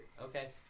Okay